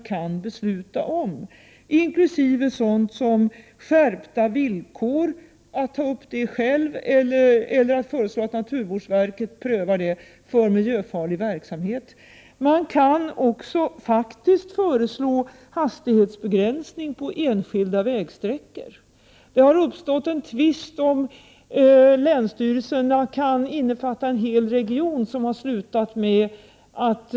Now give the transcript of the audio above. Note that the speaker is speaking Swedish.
Till dessa insatser hör en skärpning av villkoren för miljöfarlig verksamhet; länsstyrelserna och kommunerna kan antingen själva genomföra denna åtgärd eller föreslå att naturvårdsverket gör en prövning i frågan. Man har vidare möjlighet att föreslå hastighetsbegränsningar på enskilda — Prot. 1988/89:118 vägsträckor. Det har uppstått en tvist om huruvida länsstyrelserna kan fatta 22 maj 1989 beslut för en hel region vad gäller denna typ av frågor.